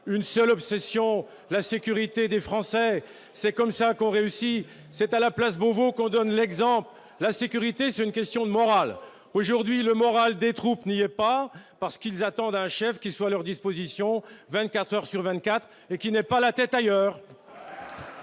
une seule obsession : la sécurité des Français. C'est comme ça qu'on réussit ! C'est place Beauvau qu'on donne l'exemple ! La sécurité, c'est une question de moral. Aujourd'hui, le moral des troupes n'y est pas, parce qu'elles attendent un chef qui soit à leur disposition vingt-quatre heures sur vingt-quatre et qui n'ait pas la tête ailleurs